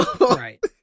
Right